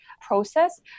process